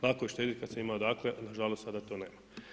Lako je štediti kada se ima odakle, nažalost sada to nema.